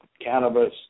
cannabis